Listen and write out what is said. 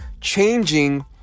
changing